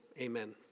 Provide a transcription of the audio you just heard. amen